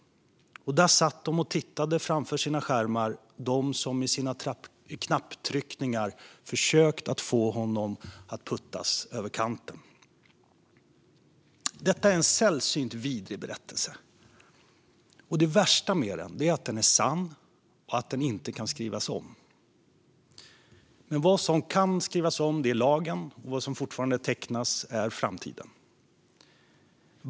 Där satt de och tittade framför sina skärmar, de som med sina knapptryckningar försökt att få honom att puttas över kanten. Detta är en sällsynt vidrig berättelse. Och det värsta med den är att den är sann, att den inte kan skrivas om. Men vad som kan skrivas om är lagen, och vad som fortfarande tecknas är framtiden.